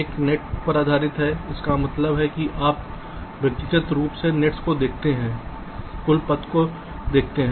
एक नेट्स पर आधारित है इसका मतलब है आप व्यक्तिगत रूप से नेट्स को देखते हैं कुल पथ को नहीं देखते हैं